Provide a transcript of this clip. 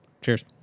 Cheers